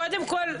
קודם כול,